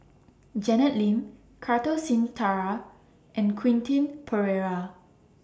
Janet Lim Kartar Singh Thakral and Quentin Pereira